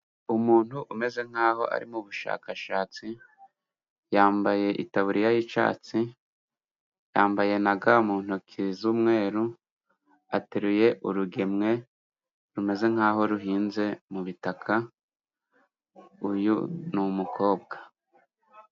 Umuntu umeze nk'aho ari mu bushakashatsi yambaye itaburiya y'icyatsi, yambaye na ga mu ntoki z'umweru, ateruye urugemwe rumeze nk'aho ruhinze mu butaka. Uyu ni umukobwa.